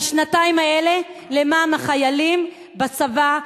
בשנתיים האלה למען החיילים בצבא,